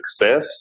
success